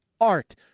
art